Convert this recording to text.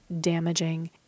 damaging